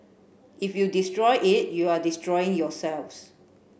if you destroy it you are destroying yourselves